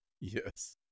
Yes